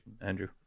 Andrew